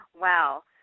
Wow